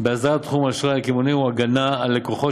בהסדרת תחום האשראי הקמעונאי הוא הגנה על לקוחות